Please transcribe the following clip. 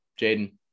Jaden